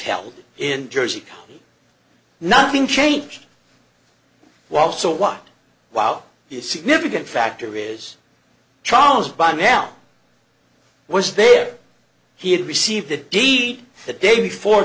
held in jersey nothing changed while so what while the significant factor is charles by now was there he had received the deed the day before